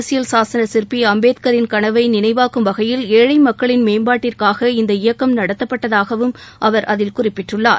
அரசியல் சாசன சிற்பி அம்பேத்கரின் கனவை நினைவாக்கும் வகையில் ஏழை மக்களின் மேம்பாட்டிற்காக இந்த இயக்கம் நடத்தப்பட்டதாகவும் அவர் அதில் குறிப்பிட்டுள்ளார்